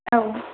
औ